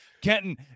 Kenton